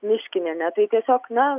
miškinienę tai tiesiog na